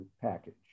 package